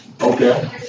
Okay